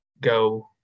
go